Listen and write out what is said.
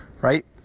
Right